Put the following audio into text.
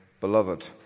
beloved